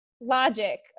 Logic